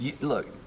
look